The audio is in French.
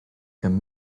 comme